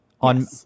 on